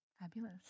Fabulous